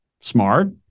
smart